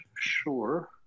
sure